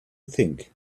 think